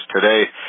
today